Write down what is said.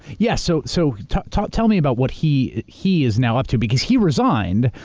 yeah so so tell tell me about what he he is now up to, because he resigned.